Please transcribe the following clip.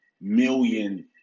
million